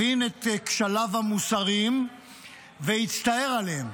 הבין את כשליו המוסריים והצטער עליהם.